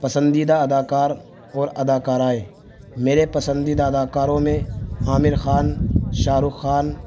پسندیدہ اداکار اور اداکارائیں میرے پسندیدہ اداکاروں میں عامر خان شاہ رخ خان